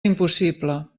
impossible